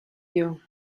you